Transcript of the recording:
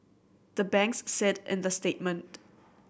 the banks said in the statement